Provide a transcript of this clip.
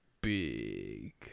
Big